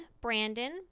Brandon